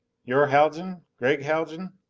you're haljan? gregg haljan?